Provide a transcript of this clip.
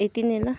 यति नै ल